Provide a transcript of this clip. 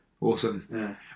Awesome